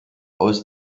aus